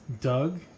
Doug